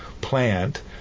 plant